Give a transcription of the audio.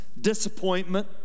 disappointment